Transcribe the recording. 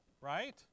right